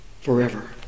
Forever